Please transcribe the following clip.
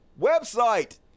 website